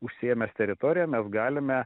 užsiėmęs teritoriją mes galime